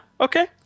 Okay